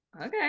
Okay